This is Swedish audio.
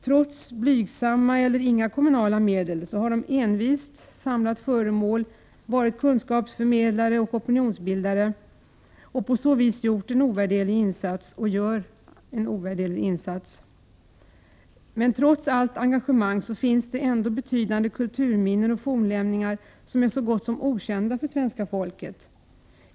Trots blygsamma eller inga kommunala medel har de envist samlat föremål och varit kunskapsförmedlare och opinionsbildare. På så vis har de gjort — och gör fortfarande — en ovärderlig insats. Trots allt engagemang finns det betydande kulturminnen och fornlämningar som är så gott som okända för svenska folket.